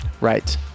Right